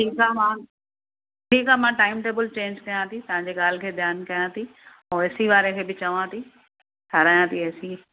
ठीकु आहे मां ठीकु आहे मां टाइम टेबल चेंज कयां थी तव्हांजी ॻाल्हि खे ध्यानु कयां थी पोइ ए सी वारे खे बि चवां थी ठाहिरायां थी ए सी